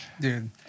Dude